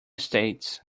states